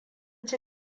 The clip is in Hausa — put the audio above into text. ci